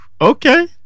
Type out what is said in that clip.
Okay